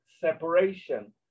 separation